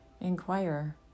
inquire